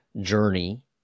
journey